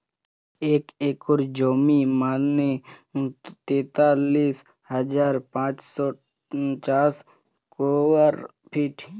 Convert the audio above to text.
এক একর জমি মানে তেতাল্লিশ হাজার পাঁচশ ষাট স্কোয়ার ফিট